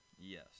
Yes